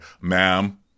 ma'am